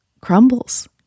crumbles